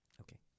Okay